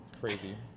crazy